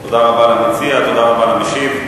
תודה רבה למציע, תודה רבה למשיב.